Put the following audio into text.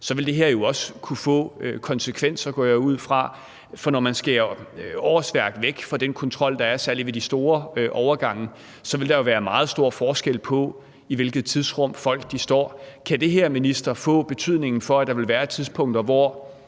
vil det her jo også kunne få konsekvenser, går jeg ud fra, for når man skærer årsværk væk fra den kontrol, der er, særlig ved de store overgange, vil der være meget stor forskel på, i hvilket tidsrum folk står der. Kan det her, minister, betyde, at der vil være tidspunkter, hvor